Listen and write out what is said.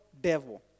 devil